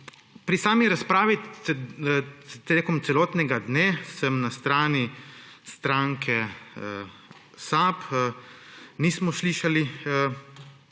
Pri sami razpravi tekom celotnega dne na strani SAB nismo slišali